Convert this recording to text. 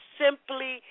simply